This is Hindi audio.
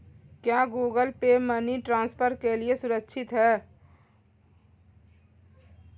क्या गूगल पे मनी ट्रांसफर के लिए सुरक्षित है?